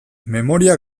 memoria